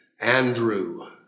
Andrew